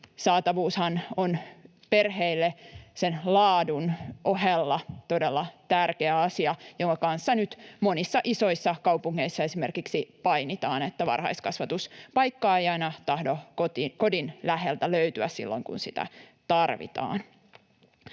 Saatavuushan on perheille laadun ohella todella tärkeä asia, jonka kanssa nyt esimerkiksi monissa isoissa kaupungeissa painitaan, että varhaiskasvatuspaikkaa ei aina tahdo kodin läheltä löytyä silloin, kun sitä tarvitaan.